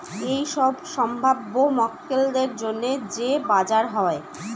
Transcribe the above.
এইসব সম্ভাব্য মক্কেলদের জন্য যে বাজার হয়